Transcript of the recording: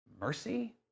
mercy